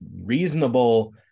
reasonable